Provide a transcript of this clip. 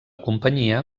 companyia